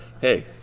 hey